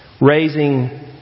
Raising